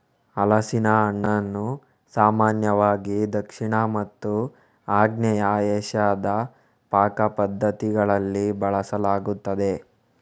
ಹಲಸಿನ ಹಣ್ಣನ್ನು ಸಾಮಾನ್ಯವಾಗಿ ದಕ್ಷಿಣ ಮತ್ತು ಆಗ್ನೇಯ ಏಷ್ಯಾದ ಪಾಕ ಪದ್ಧತಿಗಳಲ್ಲಿ ಬಳಸಲಾಗುತ್ತದೆ